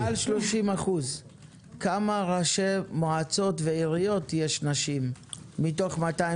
מעל 30%. כמה ראשי מועצות ועיריות הן נשים מתוך 260?